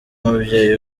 umubyeyi